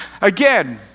Again